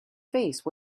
face